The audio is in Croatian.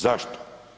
Zašto?